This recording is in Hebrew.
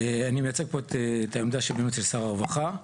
אני מייצג פה את העמדה של שר הרווחה,